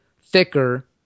thicker